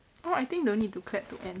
oh I think don't need to clap to end